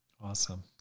awesome